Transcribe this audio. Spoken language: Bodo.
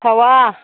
सावा